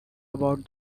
about